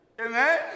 Amen